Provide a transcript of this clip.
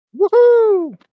Woohoo